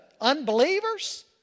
unbelievers